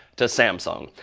to samsung.